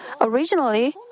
originally